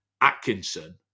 Atkinson